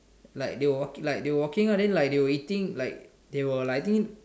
like they were walk like they were walking lah like they were eating like they were like I think